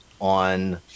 on